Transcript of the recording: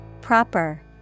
Proper